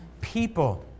people